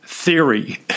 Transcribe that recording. theory